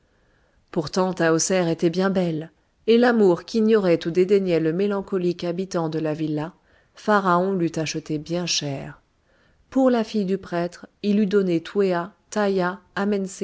pourtant tahoser était bien belle et l'amour qu'ignorait ou dédaignait le mélancolique habitant de la villa pharaon l'eût acheté bien cher pour la fille du prêtre il eût donné twéa taïa